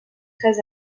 très